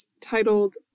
titled